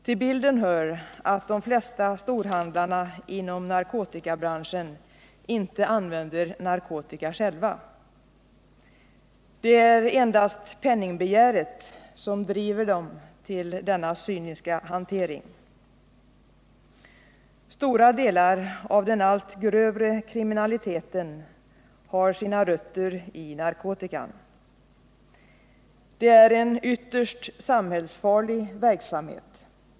Till bilden hör att de flesta storhandlarna inom narkotikabranschen inte använder narkotika själva. Det är endast penningbegäret som driver dem till denna cyniska hantering. Stora delar av den allt grövre kriminaliteten har sina rötter i narkotikan. Det är en ytterst samhällsfarlig verksamhet.